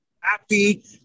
Happy